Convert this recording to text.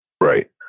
Right